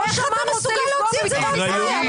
ראש אמ"ן רוצה לפגוע בביטחון ישראל?